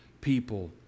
people